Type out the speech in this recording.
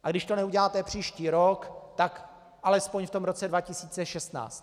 A když to neuděláte příští rok, tak alespoň v roce 2016.